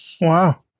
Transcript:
wow